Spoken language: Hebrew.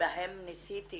בהן ניסיתי